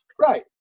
Right